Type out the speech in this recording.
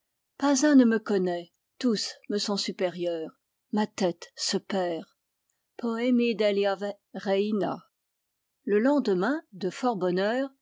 pas un ne me connaît tous me sont supérieurs ma tête se perd poemi dell'av reina le lendemain de fort bonne